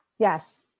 Yes